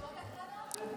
שוד הקרנות?